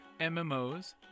MMOs